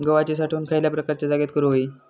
गव्हाची साठवण खयल्या प्रकारच्या जागेत करू होई?